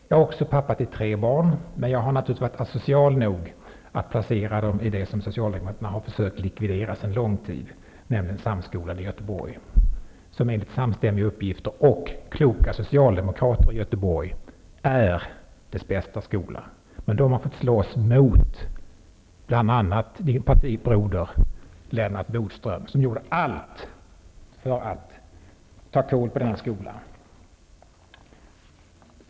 Jag är också pappa till tre barn, men har varit asocial nog att placera dem i något som socialdemokraterna har försökt likvidera sedan lång tid tillbaka, nämligen Samskolan i Göteborg, som enligt samstämmiga uppgifter, även från kloka socialdemokrater i Göteborg, är stadens bästa skola. Man har där bl.a. fått slåss mot Lena Hjelm Walléns partibroder Lennart Bodström, som gjorde allt för att ta kål på den skolan.